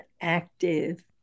active